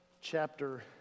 chapter